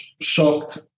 shocked